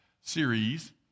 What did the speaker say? series